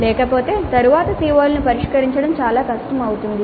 లేకపోతే తరువాతి CO లను పరిష్కరించడం చాలా కష్టం అవుతుంది